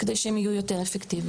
כדי שהם יהיו יותר אפקטיביים?